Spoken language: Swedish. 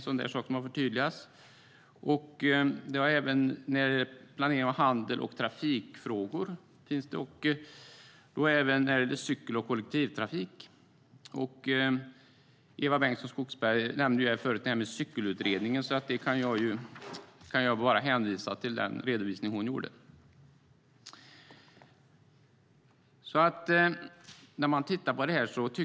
Så är det också när det gäller planering av handels och trafikfrågor liksom cykel och kollektivtrafik. Eva Bengtson Skogsberg nämnde Cykelutredningen. Där kan jag bara hänvisa till den redovisning hon gjorde.